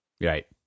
Right